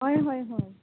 हय हय हय